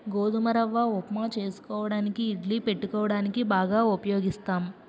గోధుమ రవ్వ ఉప్మా చేసుకోవడానికి ఇడ్లీ పెట్టుకోవడానికి బాగా ఉపయోగిస్తాం